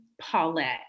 Paulette